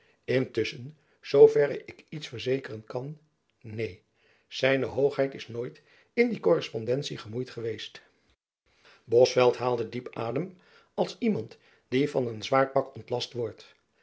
intusschen zoo verre ik iets verzekeren kan neen zijne hoogheid is nooit in die korrespondentie gemoeid geweest bosveldt haalde diep adem als iemand die van een zwaar pak ontlast wordt